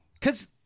cause